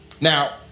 Now